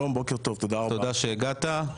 תודה שהגעת.